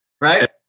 Right